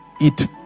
eat